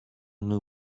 new